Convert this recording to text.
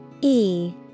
-E